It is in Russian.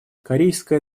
корейская